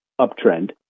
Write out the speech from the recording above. uptrend